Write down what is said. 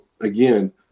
again